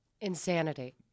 Insanity